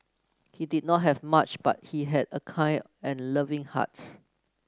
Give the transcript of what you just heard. he did not have much but he had a kind and loving heart